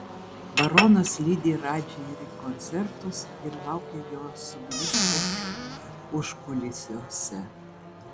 baronas lydi radži ir į koncertus ir laukia jo sugrįžtančio užkulisiuose